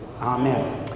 amen